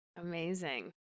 Amazing